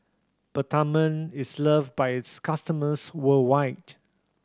Peptamen is loved by its customers worldwide